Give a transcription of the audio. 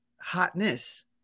Hotness